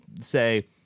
say